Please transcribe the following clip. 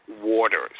Waters